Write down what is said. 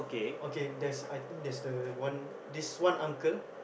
okay there's I think there's the one this one uncle